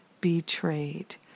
betrayed